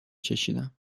چشیدم